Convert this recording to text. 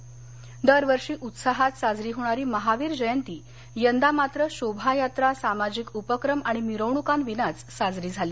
महावीर दरवर्षी उत्साहात साजरी होणारी महावीर जयंती यंदा मात्र शोभायात्रा सामाजिक उपक्रम आणि मिरवणुकांविनाच साजरी झाली